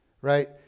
Right